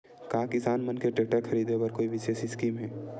का किसान मन के टेक्टर ख़रीदे बर कोई विशेष स्कीम हे?